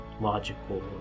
logical